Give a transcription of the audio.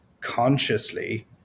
consciously